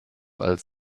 als